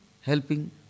helping